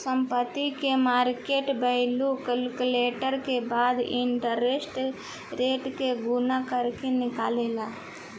संपत्ति के market value calculate के बाद इंटरेस्ट रेट के गणना करके निकालाला